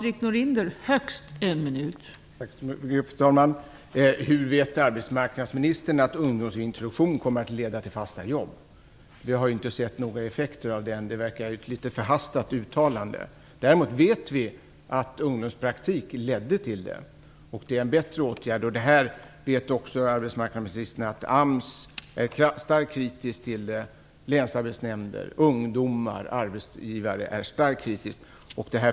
Fru talman! Hur vet arbetsmarknadsministern att ungdomsintroduktion kommer att leda till fasta jobb? Vi har inte sett några effekter av den. Det verkar vara ett litet förhastat uttalande. Däremot vet vi att ungdomspraktik ledde dit. Det är en bättre åtgärd. Också arbetsmarknadsministern vet att AMS, länsarbetsnämnder, ungdomar och arbetsgivare är starkt kritiska.